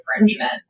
infringement